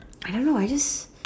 I don't know I just